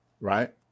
right